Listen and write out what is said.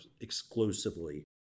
exclusively